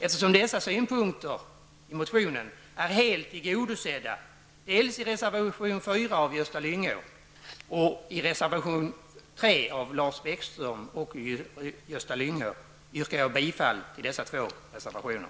Eftersom dessa synpunkter i motionen helt är tillgodosedda i reservation 4 av Gösta Lyngå och i reservation 3 av Lars Bäckström och Gösta Lyngå, yrkar jag bifall till dessa två reservationer.